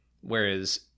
Whereas